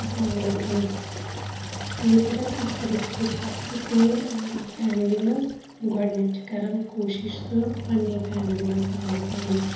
اسلام علیکُم ییٚتہِ اَگَر کانٛہہ تہِ ڈِسپیوٗٹ چھُ آسان کُنہِ فیملی مَنٛز گۄڈنیٚتھ چھِ کَران کوٗشِش سُہ پننی فیملی مَنٛز سولو کَرٕنۍ